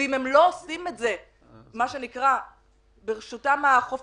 אם הם לא עושים את זה ברשותם החופשית